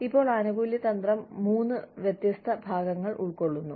ഇപ്പോൾ ആനുകൂല്യ തന്ത്രം മൂന്ന് വ്യത്യസ്ത ഭാഗങ്ങൾ ഉൾക്കൊള്ളുന്നു